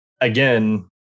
again